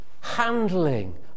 handling